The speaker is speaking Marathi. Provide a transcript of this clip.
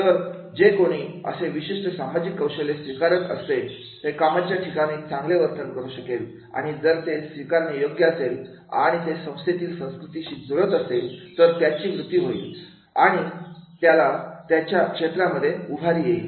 तर जो कोणी असे विशिष्ट सामाजिक कौशल्य स्वीकारत असे तो कामाच्या ठिकाणी चांगले वर्तन करू शकेल आणि जर ते स्वीकारणे योग्य असेल आणि ते संस्थेतील संस्कृतीशी जुळत असेल तर त्याची वृत्ती होईल आणि त्याला त्याच्या क्षेत्रामध्ये उभारी येईल